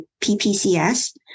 PPCS